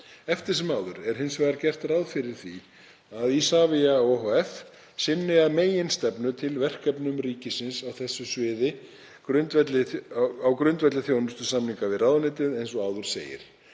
Eftir sem áður er hins vegar gert ráð fyrir því að Isavia ohf. sinni að meginstefnu til verkefnum ríkisins á þessu sviði á grundvelli þjónustusamninga við ráðuneytið, eins og áður segir.